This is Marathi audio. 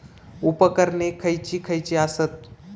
उपकरणे खैयची खैयची आसत?